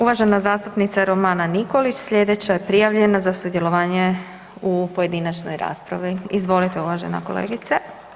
Uvažena zastupnica Romana Nikolić, slijedeća je prijavljena za sudjelovanje u pojedinačnoj raspravi, izvolite uvažena kolegice.